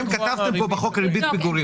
כתבתם פה בהצעת החוק "ריבית פיגורים".